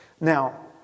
Now